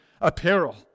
apparel